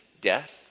death